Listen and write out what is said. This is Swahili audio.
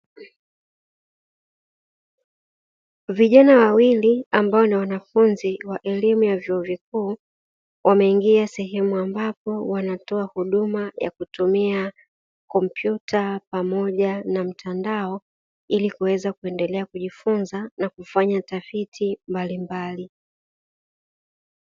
Vijana wawili ambao ni wanafunzi wa elimu ya vyuo vikuu wameingia sehemu ambapo wanatoa huduma ya kutumia kompyuta pamoja na mtandao, ili kuweza kuendelea kujifunza na kufanya tafiti mbalimbali.